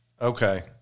Okay